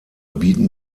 bieten